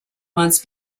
months